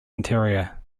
interior